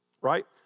right